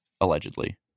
allegedly